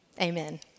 Amen